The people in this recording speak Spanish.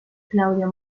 claudio